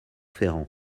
ferrand